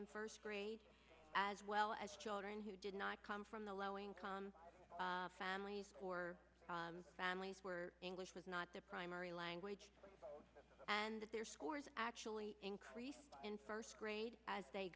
in first grade as well as children who did not come from the low income families or families were english was not their primary language and that their scores actually increased in first grade as they